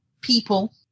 people